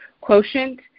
quotient